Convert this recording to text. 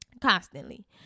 constantly